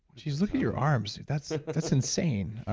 jeez. look at your arms. that's ah that's insane.